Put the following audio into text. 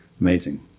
Amazing